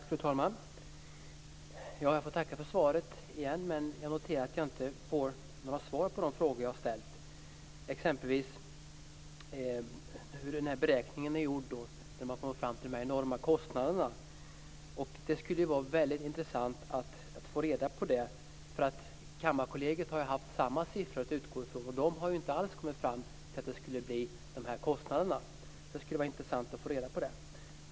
Fru talman! Jag får tacka för svaret igen. Jag noterar att jag inte får svar på de frågor som jag har ställt. Det gäller exempelvis hur den beräkning är gjord som kommer fram till de här enorma kostnaderna. Det skulle vara väldigt intressant att få reda på det. Kammarkollegiet har haft samma siffror att utgå från, och de har inte alls kommit fram till att det skulle bli de här kostnaderna. Det skulle vara intressant att få reda på det.